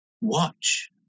watch